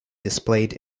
displayed